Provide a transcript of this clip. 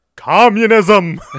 Communism